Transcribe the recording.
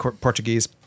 Portuguese